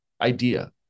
idea